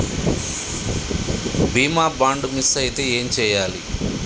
బీమా bond miss అయితే ఏం చేయాలి?